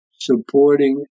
supporting